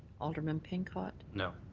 alderman pincott. no.